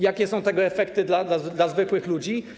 Jakie są tego efekty dla zwykłych ludzi?